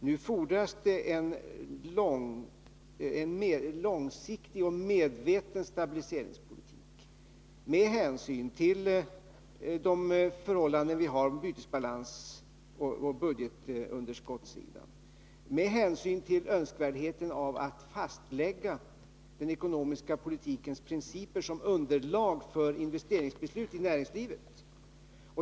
Nu fordras det en mer långsiktig och medveten stabiliseringspolitik med hänsyn till de förhållanden vi har på bytesbalansoch budgetunderskottssidan och med hänsyn till önskvärdheten av att fastlägga den ekonomiska politikens principer som underlag för investeringsbeslut i näringslivet.